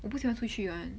我不喜欢出去玩